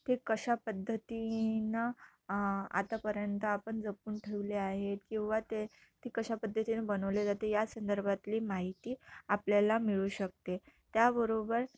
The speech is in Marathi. ते कशा पद्धतीनं आतापर्यंत आपण जपून ठेवले आहेत किंवा ते ती कशा पद्धतीनं बनवले जाते या संदर्भातली माहिती आपल्याला मिळू शकते त्याबरोबर